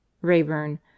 Rayburn